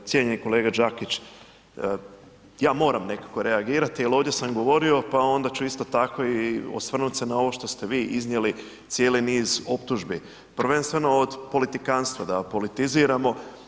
Evo cijenjeni kolega Đakić, ja moram nekako reagirati jel ovdje sam govorio, pa onda ću isto tako i osvrnut se na ovo što ste vi iznijeli cijeli niz optužbi, prvenstveno od politikanstva, da politiziramo.